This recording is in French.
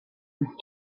plus